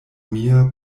mia